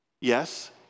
yes